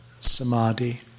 samadhi